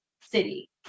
City